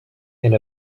and